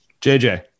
JJ